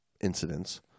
incidents